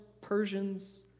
Persians